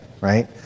right